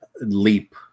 leap